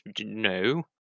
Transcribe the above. no